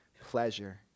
pleasure